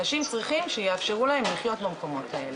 אנשים צריכים שיאפשרו להם לחיות במקומות האלה.